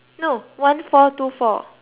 no one four two four